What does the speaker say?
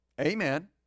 Amen